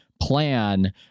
plan